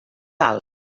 val